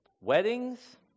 weddings